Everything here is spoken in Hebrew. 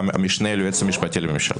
המשנה ליועצת המשפטית לממשלה.